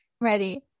Ready